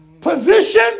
Position